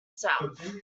south